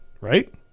right